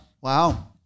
Wow